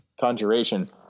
Conjuration